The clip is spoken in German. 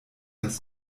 das